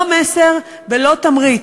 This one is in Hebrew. לא מסר ולא תמריץ.